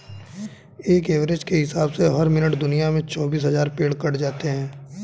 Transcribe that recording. एक एवरेज के हिसाब से हर मिनट दुनिया में चौबीस हज़ार पेड़ कट जाते हैं